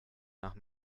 nach